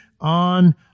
on